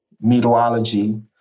meteorology